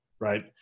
right